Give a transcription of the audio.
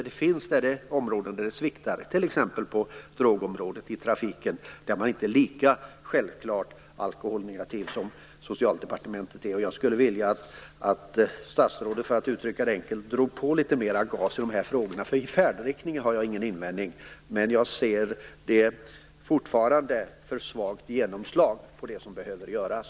Det finns områden där det sviktar, t.ex. på området droger i trafiken, där man inte är lika självklart alkoholnegativ som Socialdepartementet är. Jag skulle vilja att statsrådet, för att uttrycka det enkelt, drog på litet mer gas i dessa frågor. Jag har ingen invändning mot färdriktningen. Men det är fortfarande för svagt genomslag när det gäller det som behöver göras.